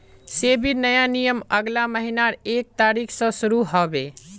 सेबीर नया नियम अगला महीनार एक तारिक स शुरू ह बे